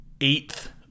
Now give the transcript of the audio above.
eighth